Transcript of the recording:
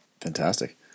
Fantastic